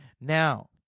Now